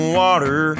water